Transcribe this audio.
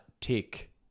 tick